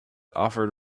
offered